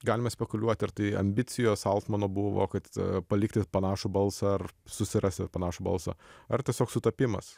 galima spekuliuoti ar tai ambicijos altmano buvo kad palikti panašų balsą ar susirasti panašų balsą ar tiesiog sutapimas